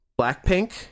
Blackpink